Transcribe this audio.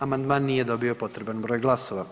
Amandman nije dobio potreban broj glasova.